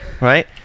right